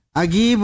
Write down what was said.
agi